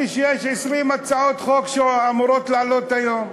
שיש 20 הצעות חוק שאמורות לעלות היום.